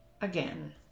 again